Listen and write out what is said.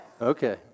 Okay